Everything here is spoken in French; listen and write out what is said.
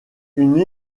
une